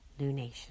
lunation